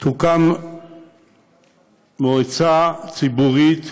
תוקם מועצה ציבורית,